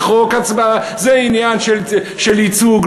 זה עניין של ייצוג,